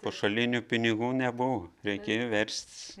pašalinių pinigų nebuvo reikėjo verstis